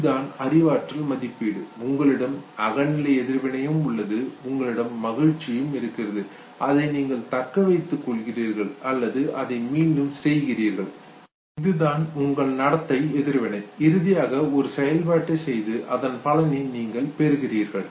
இதுதான் அறிவாற்றல் மதிப்பீடு உங்களிடம் அகநிலை எதிர்வினையும் உள்ளது உங்களிடம் மகிழ்ச்சியும் இருக்கிறது அதை நீங்கள் தக்க வைத்துக் கொள்கிறீர்கள் அல்லது அதை மீண்டும் செய்கிறீர்கள் இதுதான் உங்களின் நடத்தை எதிர்வினை இறுதியாக ஒரு செயல்பாட்டை செய்து அதன் பலனை நீங்கள் பெறுகிறீர்கள்